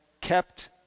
kept